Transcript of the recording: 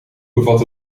bevat